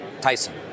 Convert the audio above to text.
Tyson